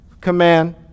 command